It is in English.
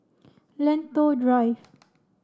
Lentor Drive